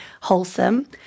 wholesome